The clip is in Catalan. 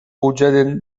puja